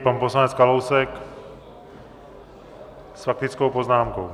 Pan poslanec Kalousek s faktickou poznámkou.